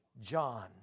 John